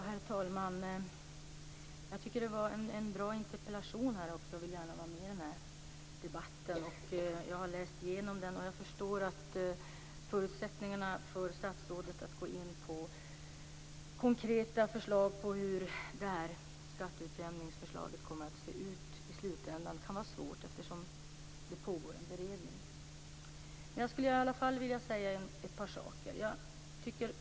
Herr talman! Jag tycker att det var en bra interpellation, och jag vill gärna vara med i den här debatten. Jag har läst igenom svaret och förstår att förutsättningarna för statsrådet att gå in på konkreta förslag på hur skatteutjämningsförslaget i slutändan kommer att se ut kan vara svårt eftersom det pågår en beredning. Jag skulle i alla fall vilja säga ett par saker.